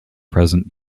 present